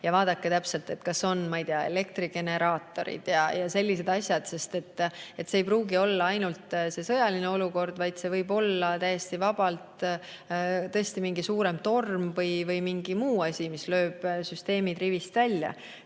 ja vaadake, kas on, ma ei tea, elektrigeneraatorid ja sellised asjad. See ei pruugi olla ainult sõjaolukord, see võib täiesti vabalt olla mingi suurem torm või mingi muu asi, mis lööb süsteemid rivist välja.